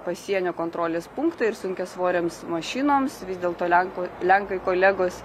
pasienio kontrolės punktą ir sunkiasvorėms mašinoms vis dėlto lenkų lenkai kolegos